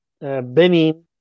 Benin